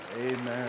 Amen